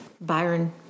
Byron